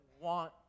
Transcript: want